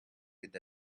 with